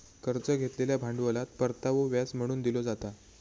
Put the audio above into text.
कर्ज घेतलेल्या भांडवलात परतावो व्याज म्हणून दिलो जाता